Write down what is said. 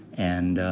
and,